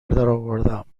درآوردم